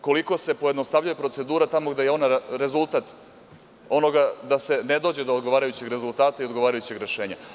Koliko se pojednostavljuje procedura tamo gde je ona rezultat onoga da se ne dođe do odgovarajućeg rezultata i odgovarajućeg rešenja.